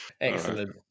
excellent